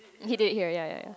he did here ya ya ya